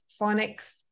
phonics